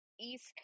East